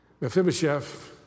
Mephibosheth